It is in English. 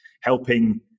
helping